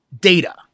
data